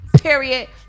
Period